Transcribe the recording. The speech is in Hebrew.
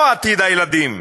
לא עתיד הילדים,